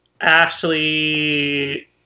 Ashley